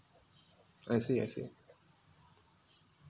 I see I see